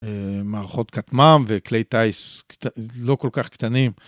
אהה…מערכות כטמ"ם וכלי טייס לא כל-כך קטנים.